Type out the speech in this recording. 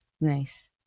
Nice